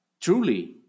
truly